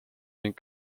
ning